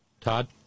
Todd